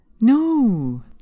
No